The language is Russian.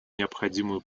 необходимую